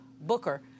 Booker